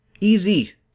Easy